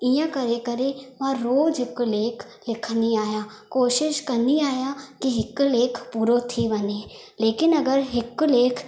इअं करे करे मां रोज़ु हिकु लेख लिखंदी आहियां कोशिशि कंदी आहियां की हिकु लेख पूरो थी वञे लेकिन अगरि हिकु लेख